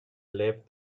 live